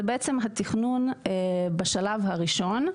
זה בעצם תכנון בשלב הראשון,